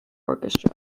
orchestra